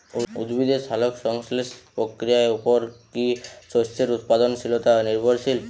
উদ্ভিদের সালোক সংশ্লেষ প্রক্রিয়ার উপর কী শস্যের উৎপাদনশীলতা নির্ভরশীল?